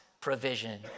provision